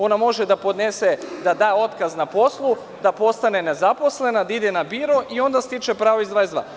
Ona može da da otkaz na poslu, da postane nezaposlena, da ide na biro i onda stiče pravo iz člana 22.